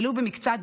ולו במקצת,